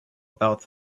about